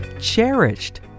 cherished